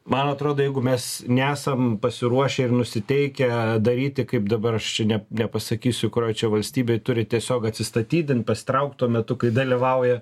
man atrodo jeigu mes nesam pasiruošę ir nusiteikę daryti kaip dabar aš čia ne nepasakysiu kurioj čia valstybėj turi tiesiog atsistatydint pasitraukt tuo metu kai dalyvauja